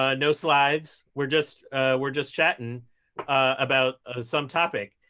ah no slides. we're just we're just chatting about some topic.